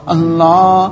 Allah